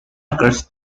occurs